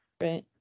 Right